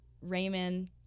Raymond